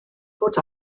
fod